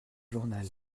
journal